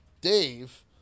Dave